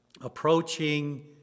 approaching